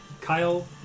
Kyle